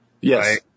Yes